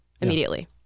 immediately